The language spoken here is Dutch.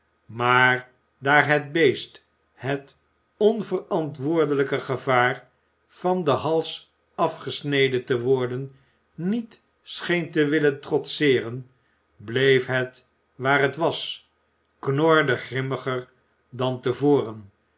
maar daar het beest het onverantwoordelijke gevaar van den hals afgesneden te worden niet scheen te willen trotseeren bleef het waar het was knorde grimmiger dan te voren